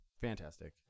Fantastic